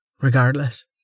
Regardless